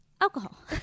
alcohol